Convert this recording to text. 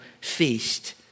feast